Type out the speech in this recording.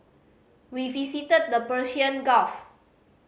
we visited the Persian Gulf